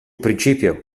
principio